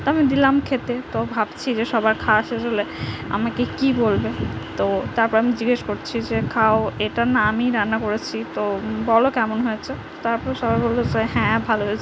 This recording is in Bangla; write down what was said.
তো আমি দিলাম খেতে তো ভাবছি যে সবার খাওয়া শেষ হলে আমাকে কী বলবে তো তারপরে আমি জিজ্ঞেস করছি যে খাও এটা না আমিই রান্না করেছি তো বলো কেমন হয়েচে তারপর সবাই বললো যে হ্যাঁ ভালো হয়েছে